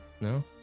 No